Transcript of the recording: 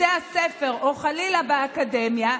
בתי הספר או חלילה באקדמיה,